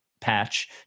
patch